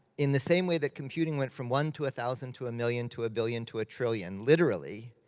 in the same way that computing went from one, to a thousand, to a million, to a billion, to a trillion, literally,